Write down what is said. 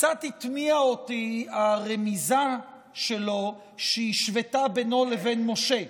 קצת התמיהה אותי הרמיזה שלו שהשוותה בינו לבין משה,